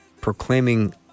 proclaiming